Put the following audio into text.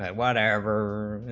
whatever